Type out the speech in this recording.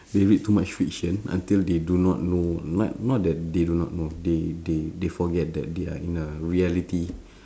they read too much fiction until they do not know not not that they do not know they they they forget that they are in a reality